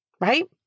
Right